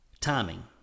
Timing